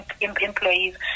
employees